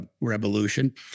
revolution